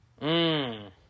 Mmm